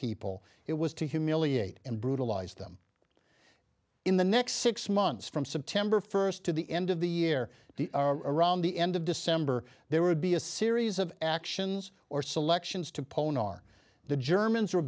people it was to humiliate and brutalize them in the next six months from september first to the end of the year around the end of december there would be a series of actions or selections to poland are the germans were